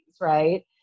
right